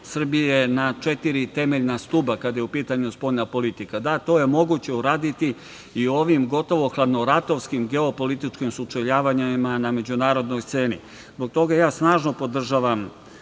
na četiri temeljna stuba kada je u pitanju spoljna politika. Da to je moguće uraditi i u ovim gotovo hladnoratovskim geopolitičkim sučeljavanjima na međunarodnoj sceni. Zbog toga ja snažno podržavam